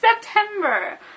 September